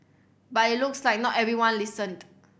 but it looks like not everyone listened